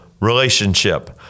relationship